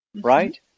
right